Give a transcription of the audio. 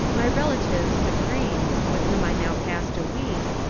my relatives, the cranes, with whom i now passed a week,